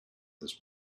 this